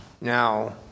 Now